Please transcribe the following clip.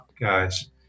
guys